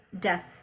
death